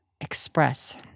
express